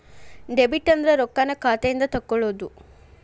debit ಅಂದ್ರ ರೊಕ್ಕಾನ್ನ ಖಾತೆಯಿಂದ ತೆಕ್ಕೊಳ್ಳೊದು